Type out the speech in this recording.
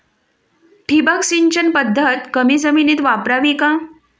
ठिबक सिंचन पद्धत कमी जमिनीत वापरावी का?